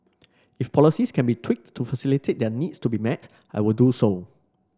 if policies can be tweaked to facilitate their needs to be met I will do so